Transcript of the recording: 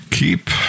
Keep